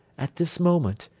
at this moment,